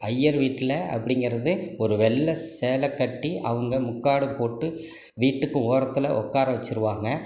ஐயர் வீட்டில் அப்படிங்கறது ஒரு வெள்ளை சேலை கட்டி அவங்கள் முக்காடு போட்டு வீட்டுக்கு ஓரத்தில் உக்கார வச்சுருவாங்க